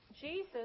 Jesus